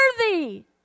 worthy